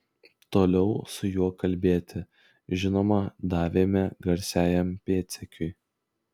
toliau su juo kalbėti žinoma davėme garsiajam pėdsekiui